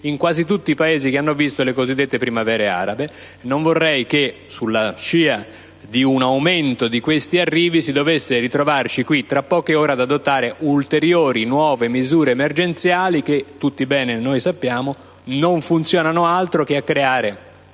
in quasi tutti i Paesi che hanno visto le cosiddette Primavere arabe. Non vorrei che, sulla scia di un aumento di questi arrivi, dovessimo ritrovarci qui, tra poche ore, ad adottare ulteriori nuove misure emergenziali che, come noi tutti sappiamo bene, non servono ad altro che a creare